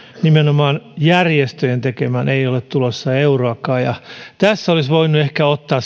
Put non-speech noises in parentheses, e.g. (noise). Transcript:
nimenomaan järjestöjen tekemään ei ole tulossa euroakaan tässä olisi voinut ehkä ottaa (unintelligible)